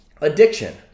addiction